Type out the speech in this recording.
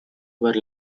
were